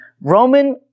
Roman